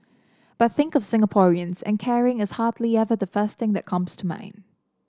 but think of Singaporeans and caring is hardly ever the first thing that comes to mind